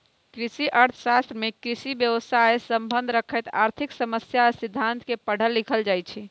कृषि अर्थ शास्त्र में कृषि व्यवसायसे सम्बन्ध रखैत आर्थिक समस्या आ सिद्धांत के पढ़ल लिखल जाइ छइ